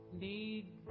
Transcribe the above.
need